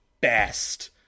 best